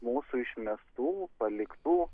mūsų išmestų paliktų